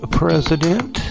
president